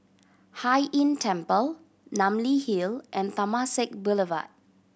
Hai Inn Temple Namly Hill and Temasek Boulevard